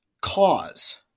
cause